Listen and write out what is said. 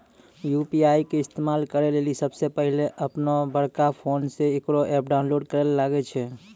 UPI के इस्तेमाल करै लेली सबसे पहिलै अपनोबड़का फोनमे इकरो ऐप डाउनलोड करैल लागै छै